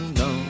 no